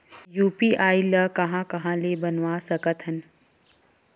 UPI ल कहां ले कहां ले बनवा सकत हन?